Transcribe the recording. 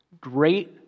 great